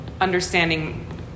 understanding